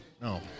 No